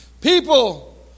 People